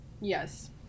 Yes